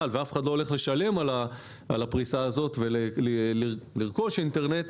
ואף אחד לא הולך לשלם על הפריסה הזאת ולרכוש אינטרנט,